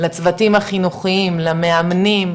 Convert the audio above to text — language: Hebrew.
לצוותים החינוכיים, למאמנים,